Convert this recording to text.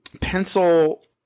pencil